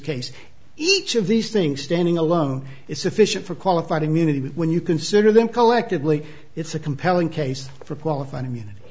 case each of these things standing alone is sufficient for qualified immunity when you consider them collectively it's a compelling case for qualif